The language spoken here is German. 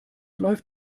läuft